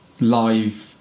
live